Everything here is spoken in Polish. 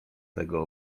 tego